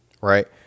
right